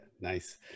nice